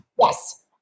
yes